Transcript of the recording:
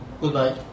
goodbye